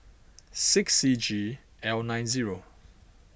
six C G L nine zero